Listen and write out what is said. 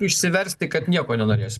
išsiversti kad nieko nenorėsi